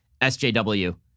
SJW